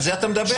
על זה אתה מדבר?